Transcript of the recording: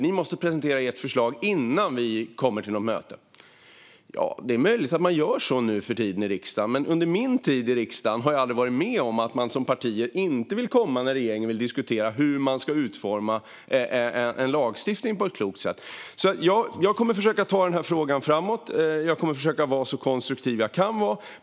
Ni måste presentera ert förslag innan vi kommer till något möte. Det är möjligt att man gör så nu för tiden i riksdagen, men jag har aldrig under min tid i riksdagen varit med om att partier inte vill komma när regeringen vill diskutera hur en lagstiftning ska utformas på ett klokt sätt. Jag kommer att försöka ta denna fråga framåt. Jag kommer att försöka vara så konstruktiv som jag kan vara.